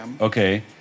okay